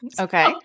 Okay